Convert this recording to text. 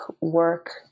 work